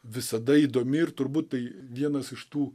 visada įdomi ir turbūt tai vienas iš tų